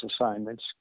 assignments